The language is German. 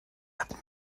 werden